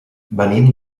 venim